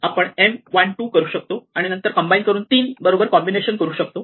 आपण M 1 2 करू शकतो आणि नंतर कंबाईन करून 3 बरोबर कॉम्बिनेशन करू शकतो